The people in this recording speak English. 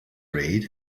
read